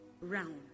round